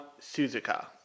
Suzuka